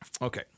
Okay